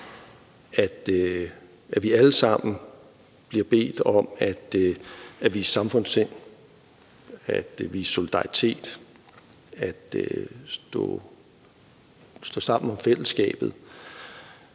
at vi alle sammen bliver bedt om at vise samfundssind, at vise solidaritet, at stå sammen om fællesskabet,